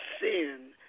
sin